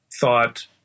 thought